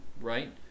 right